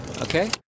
Okay